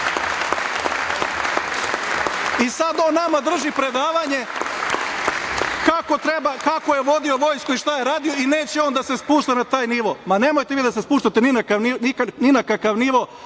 on nama drži predavanje kako je vodio Vojsku i šta je radio i neće on da se spušta na taj nivo. Ma nemojte vi da se spuštate ni na kakav nivo,